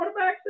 quarterbacks